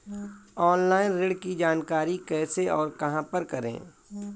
Online ऋण की जानकारी कैसे और कहां पर करें?